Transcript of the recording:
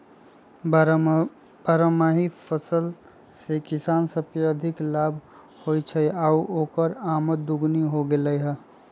बारहमासी फसल से किसान सब के अधिक लाभ होई छई आउर ओकर आमद दोगुनी हो गेलई ह